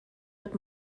wird